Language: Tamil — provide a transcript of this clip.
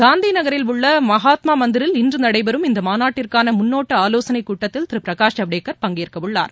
காந்திநகரில் உள்ளமகாத்மாமந்திரில் இன்றுநடைபெறும் இந்தமாநாட்டிற்கானமுன்னோட்டஆவோசனைக்கூட்டத்தில் திருபிரகாஷ் ஜவடேகர் பங்கேற்கவுள்ளார்